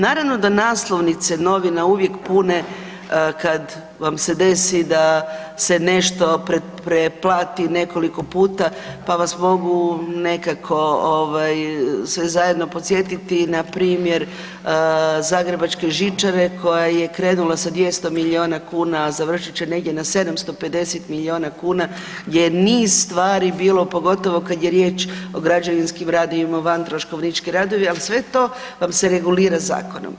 Naravno da naslovnice novina uvijek pune kad vam se desi da se nešto preplati nekoliko puta, pa vas mogu nekako ovaj sve zajedno podsjetiti na primjer zagrebačke žičare koja je krenula sa 200 milijuna kuna, a završit će negdje na 750 milijuna kuna, gdje je niz stvari bilo pogotovo kad je riječ o građevinskim radovima, o vantroškovničkim radovima, a sve to vam se regulira zakonom.